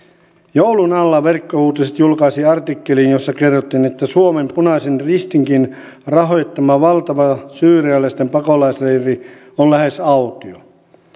joulun alla verkkouutiset julkaisi artikkelin jossa kerrottiin että suomen punaisen ristinkin rahoittama valtava syyrialaisten pakolaisleiri on lähes autio